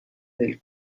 del